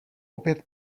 opět